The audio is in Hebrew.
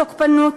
התוקפנות,